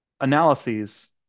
analyses